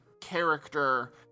character